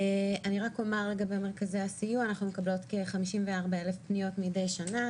רק אומר לגבי הסיוע אנחנו מקבלות כ-54,000 פניות מדי שנה,